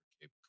Cape